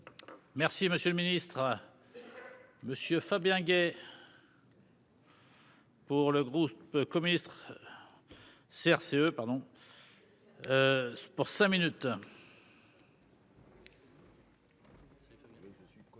Merci monsieur le ministre. Monsieur Fabien Gay. Pour le groupe communiste. CRCE pardon.